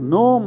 no